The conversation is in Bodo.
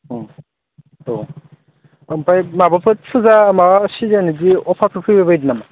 औ औ ओमफ्राय माबाफोर फुजा माबा सिजोन बे अफारफोर फैबायबायदों नामा